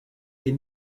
est